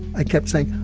i kept saying,